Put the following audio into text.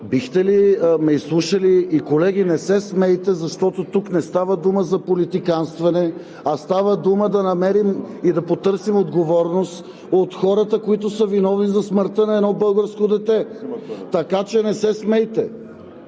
какво става дума?“) Колеги, не се смейте, защото тук не става дума за политиканстване, а става дума да намерим и да потърсим отговорност от хората, които са виновни за смъртта на едно българско дете! Така че не се смейте,